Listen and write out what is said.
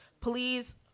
Please